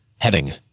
heading